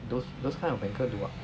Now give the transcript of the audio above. those those kind of banker they got